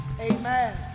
Amen